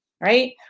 right